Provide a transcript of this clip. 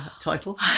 title